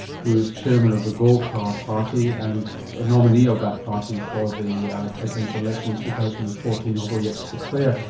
who is chairman of the golkar party and the nominee of that party for the presidential election in two thousand and fourteen, although yet to declare.